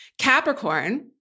Capricorn-